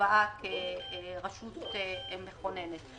בכובעה כרשות מכוננת.